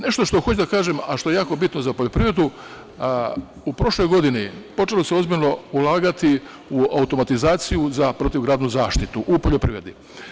Nešto što hoću da kažem, a što je jako bitno za poljoprivredu, u prošloj godini počelo se ozbiljno ulagati u automatizaciju za protivgradnu zaštitu u poljoprivredi.